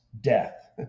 death